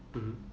mmhmm